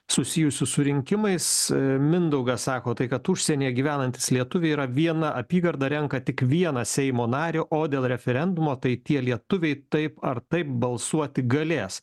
susijusių su rinkimais mindaugas sako tai kad užsienyje gyvenantys lietuviai yra viena apygarda renka tik vieną seimo narį o dėl referendumo tai tie lietuviai taip ar taip balsuoti galės